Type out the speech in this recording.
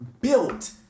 built